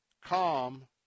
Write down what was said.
calm